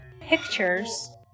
pictures